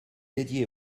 dédié